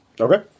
Okay